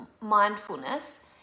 mindfulness